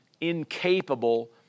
Incapable